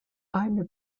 eine